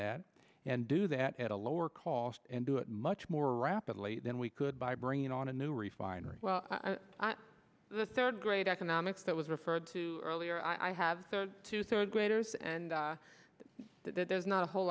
that and do that at a lower cost and do it much more rapidly than we could by bringing on a new refinery the third grade economics that was referred to earlier i have two third graders and there's not a whole